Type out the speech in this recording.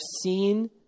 seen